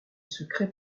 secret